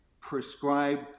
prescribe